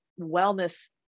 wellness